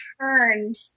turned